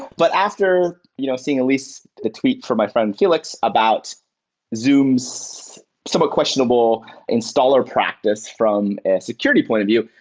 but after you know seeing at least the tweet from my friend felix about zoom's somewhat questionable installer practice from a security point of view,